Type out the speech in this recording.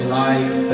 life